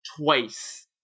twice